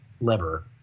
lever